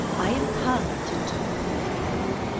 i am come to talk with thee.